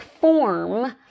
form